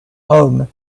home